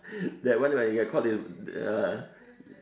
that one where you are caught err